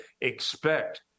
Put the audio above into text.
expect